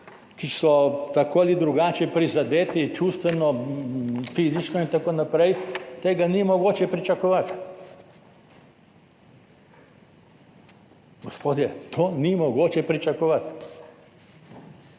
ki so tako ali drugače prizadeti, čustveno, fizično in tako naprej, tega ni mogoče pričakovati. Gospodje, tega ni mogoče pričakovati.